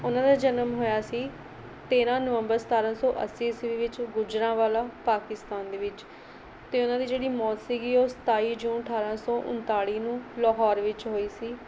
ਉਹਨਾਂ ਦਾ ਜਨਮ ਹੋਇਆ ਸੀ ਤੇਰ੍ਹਾਂ ਨਵੰਬਰ ਸਤਾਰ੍ਹਾਂ ਸੌ ਅੱਸੀ ਈਸਵੀ ਵਿੱਚ ਗੁਜਰਾਂਵਾਲਾ ਪਾਕਿਸਤਾਨ ਦੇ ਵਿੱਚ ਅਤੇ ਉਹਨਾਂ ਦੀ ਜਿਹੜੀ ਮੌਤ ਸੀਗੀ ਉਹ ਸਤਾਈ ਜੂਨ ਅਠਾਰ੍ਹਾਂ ਸੌ ਉਨਤਾਲ਼ੀ ਨੂੰ ਲਾਹੌਰ ਵਿੱਚ ਹੋਈ ਸੀ